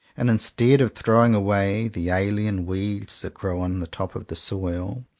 and instead of throwing away the alien weeds that grow on the top of the soil,